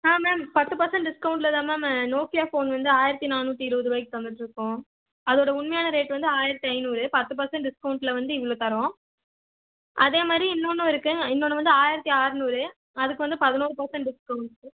ஆ ma'am பத்து percent டிஸ்கௌண்ட்டில் தான் மேம் நோக்கியா ஃபோன் வந்து ஆயிரத்தி நானூற்றி இருபதுருவாய்க் தந்துகிட்ருக்கோம் அதோடய உண்மையான ரேட் வந்து ஆயிரத்தி ஐநூறு பத்து பர்சன்ட் டிஸ்கௌண்ட்டில் வந்து இவ்வளோ தரோம் அதே மாதிரி இன்னொன்னும் இருக்குது இன்னொன்னு வந்து ஆயிரத்தி ஆறுநூறு அதுக்கு வந்து பதினோரு பர்சன்ட் டிஸ்கௌண்ட்டு